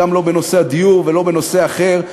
לא בנושא הדיור ולא בנושא אחר,